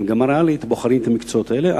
למגמה ריאלית ובוחרים את המקצועות האלה.